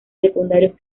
secundarios